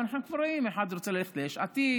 ואנחנו רואים: אחד רוצה ללכת ליש עתיד,